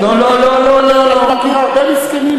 אני מכיר הרבה מסכנים,